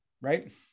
right